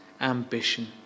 ambition